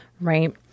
right